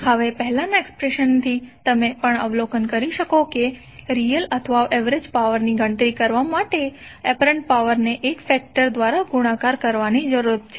હવે પહેલાંના એક્સપ્રેશનથી તમે પણ અવલોકન કરી શકો છો કે રીયલ અથવા એવરેજ પાવર ની ગણતરી કરવા માટે એપરન્ટ પાવર ને એક ફેક્ટર દ્વારા ગુણાકાર કરવાની જરૂર છે